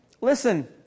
listen